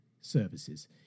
services